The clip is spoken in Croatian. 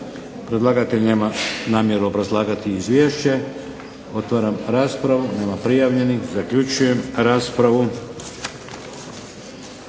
Predlagatelj nema namjeru obrazlagati Izvješće. Otvaram raspravu. Nema prijavljenih. Zaključujem raspravu.